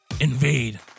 invade